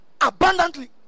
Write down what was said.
abundantly